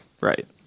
Right